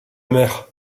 mère